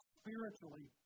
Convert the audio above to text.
spiritually